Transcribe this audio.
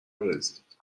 بریزید